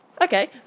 Okay